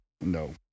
no